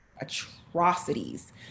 atrocities